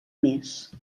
més